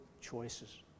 choices